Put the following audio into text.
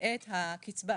את הקצבה